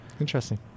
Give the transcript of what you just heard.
Interesting